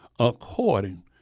according